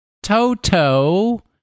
Toto